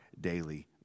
daily